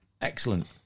Excellent